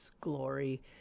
glory